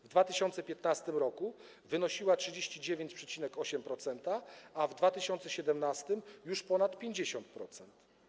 W 2015 r. wynosiła 39,8%, a w 2017 r. - już ponad 50%.